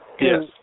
Yes